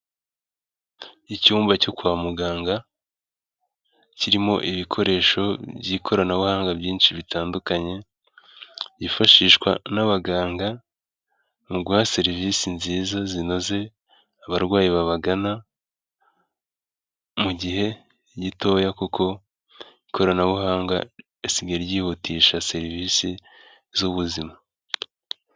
Icyumba cyo kwa muganga, kirimo ibikoresho by'ikoranabuhanga byinshi bitandukanye, byifashishwa n'abaganga mu guha serivisi nziza zinoze abarwayi babagana, mu gihe gitoya kuko ikoranabuhanga risigaye ryihutisha serivisi z'ubuzima.